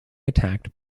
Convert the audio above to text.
attacked